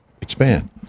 expand